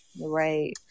Right